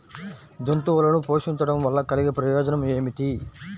జంతువులను పోషించడం వల్ల కలిగే ప్రయోజనం ఏమిటీ?